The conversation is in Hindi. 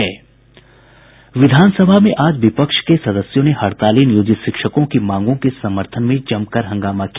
विधानसभा में आज विपक्ष के सदस्यों ने हड़ताली नियोजित शिक्षकों की मांगों के समर्थन में जमकर हंगामा किया